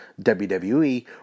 WWE